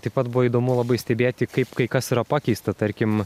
taip pat buvo įdomu labai stebėti kaip kai kas yra pakeista tarkim